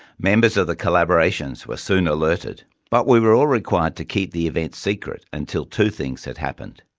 members of the collaborations were soon alerted, but we were all required to keep the event secret until two things had happened.